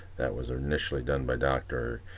that was initially done by dr.